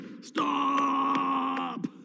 stop